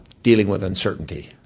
dealing with uncertainty.